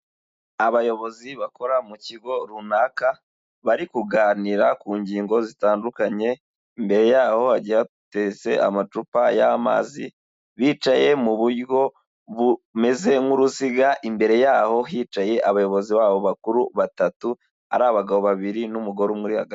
Abayobozi bakora mu kigo runaka bari kuganira ku ngingo zitandukanye, Imbere yaho hagiye hatetse amacupa y'amazi, bicaye mu buryo bumeze nk'uruziga, imbere yaho hicaye abayobozi babo bakuru batatu, ari abagabo babiri n'umugore umwe uri hagati.